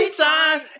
time